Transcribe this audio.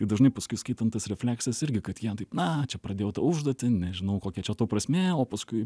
ir dažnai paskui skaitant tas refleksas irgi kad jie taip na čia pradėjau tą užduotį nežinau kokia čia to prasmė o paskui